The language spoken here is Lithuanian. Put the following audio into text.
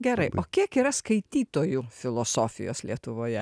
gerai o kiek yra skaitytojų filosofijos lietuvoje